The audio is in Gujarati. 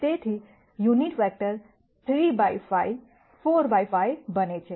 તેથી યુનિટ વેક્ટર 3 બાય 5 4 બાય 5 બને છે